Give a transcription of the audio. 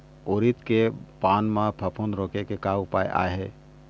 उरीद के पान म फफूंद रोके के का उपाय आहे?